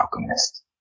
Alchemist